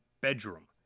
bedroom